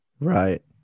Right